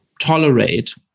tolerate